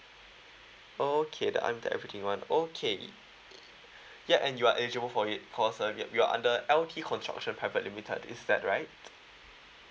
okay the unlimited everything one okay ya and you are eligible for it because you are under L_T construction private limited is that right